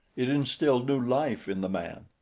it instilled new life in the man.